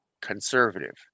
conservative